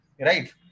right